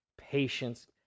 patience